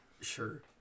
sure